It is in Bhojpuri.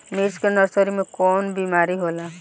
मिर्च के नर्सरी मे कवन बीमारी होला?